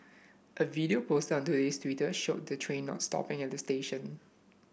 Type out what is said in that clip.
a video posted on Today Twitter showed the train not stopping at the station